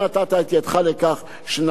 ואכן אז העברנו את זה בקריאה טרומית.